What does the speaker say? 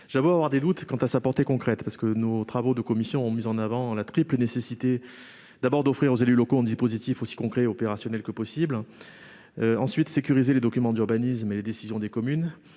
J'avoue avoir des doutes quant à sa portée concrète. En effet, les travaux de la commission des affaires économiques ont mis en avant une triple nécessité : d'abord, offrir aux élus locaux un dispositif aussi concret et opérationnel que possible, ensuite, sécuriser les documents d'urbanisme et les décisions des communes